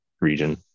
region